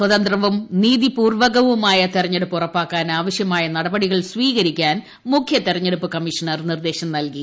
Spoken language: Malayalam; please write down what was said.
സ്വതന്ത്രവും നീതിപൂർവ്വകവുമായ തെരഞ്ഞെടുപ്പ് ഉറപ്പാക്കാൻ ആവശ്യമായ നടപടികൾ സ്വീകരിക്കാൻ മുഖ്യ തെരഞ്ഞെടുപ്പു കമ്മീഷണർ നിർദ്ദേശം നൽകി